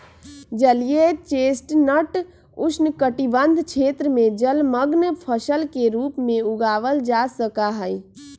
जलीय चेस्टनट उष्णकटिबंध क्षेत्र में जलमंग्न फसल के रूप में उगावल जा सका हई